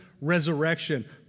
resurrection